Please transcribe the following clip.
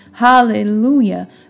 Hallelujah